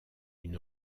une